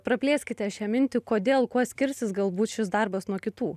praplėskite šią mintį kodėl kuo skirsis galbūt šis darbas nuo kitų